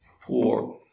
poor